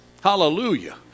Hallelujah